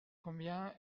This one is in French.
combien